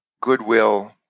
goodwill